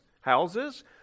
houses